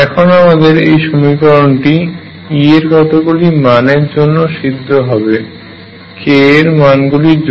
এখন আমাদের এই সমীকরণটি E এর কতগুলি মানের জন্য সিদ্ধ হবে k এর মান গুলির জন্য